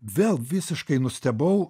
vėl visiškai nustebau